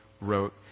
wrote